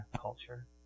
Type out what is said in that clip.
culture